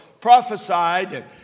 prophesied